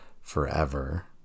forever